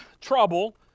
trouble